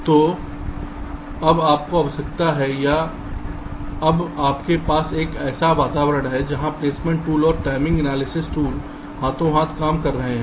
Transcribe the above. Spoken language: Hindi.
तो अब आपको आवश्यकता है या अब आपके पास एक ऐसा वातावरण है जहाँ प्लेसमेंट टूल और टाइमिंग एनालिसिस टूल हाथो हाथ काम कर रहे हैं